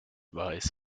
weiß